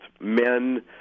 Men